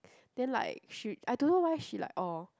then like she I don't know why she like orh